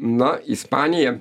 na ispanija